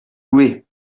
loué